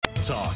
talk